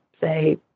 say